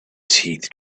teeth